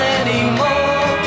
anymore